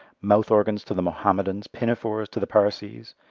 mouth organs to the mohammedans, pinafores to the parsees,